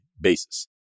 basis